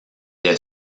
est